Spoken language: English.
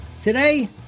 Today